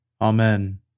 Amen